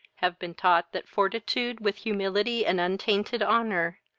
have been taught, that fortitude, with humility and untainted honour,